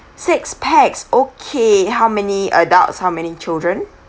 six pax okay how many adults how many children